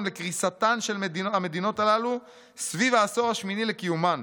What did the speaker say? לקריסתן של המדינות הללו סביב העשור השמיני לקיומן,